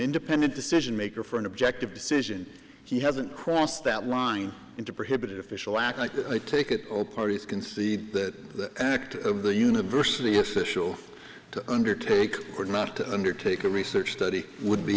independent decision maker for an objective decision he hasn't crossed that line into prohibited official act i take it all parties concede that the act of the university official to undertake or not to undertake a research study would be